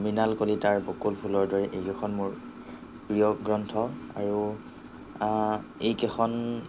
মৃণাল কলিতাৰ বকুল ফুলৰ দৰে এইকেইখন মোৰ প্ৰিয় গ্ৰন্থ আৰু এইকেইখন